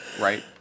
right